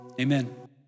Amen